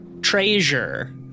treasure